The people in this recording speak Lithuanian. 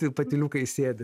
taip patyliukais sėdi